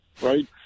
right